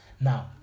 Now